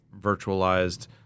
virtualized